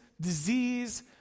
disease